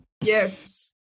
Yes